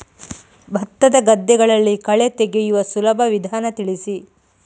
ಭತ್ತದ ಗದ್ದೆಗಳಲ್ಲಿ ಕಳೆ ತೆಗೆಯುವ ಸುಲಭ ವಿಧಾನ ತಿಳಿಸಿ?